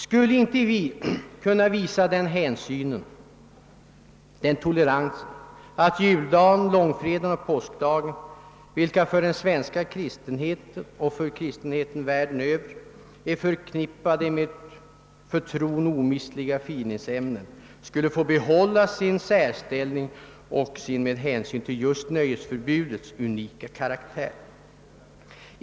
Skulle inte vi kunna visa den hänsynen, den toleransen, att juldagen, långfredagen och påskdagen, vilka dagar för den svenska kristenheten och för kristenheten världen över är förknippade med för tron omistliga värden, skuHe få behålla sin särställning och sin med hänsyn till just nöjesförbudet unika karaktär?